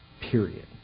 period